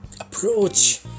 approach